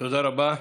תודה רבה.